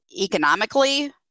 economically